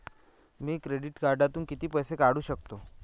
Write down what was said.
मी credit कार्डातून किती पैसे काढू शकतो?